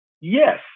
yes